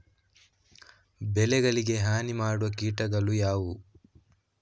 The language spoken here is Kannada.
ಬೆಳೆಗಳಿಗೆ ಹಾನಿ ಮಾಡುವ ಕೀಟಗಳು ಯಾವುವು?